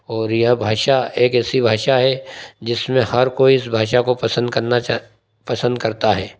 और यह भाषा एक ऐसी भाषा है जिसमें हर कोई उस भाषा को पसंद करना चा पसंद करता है